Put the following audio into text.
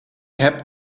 heb